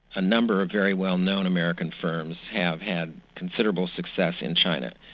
a number of very well known american firms have had considerable success in china.